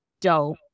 Dope